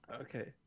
okay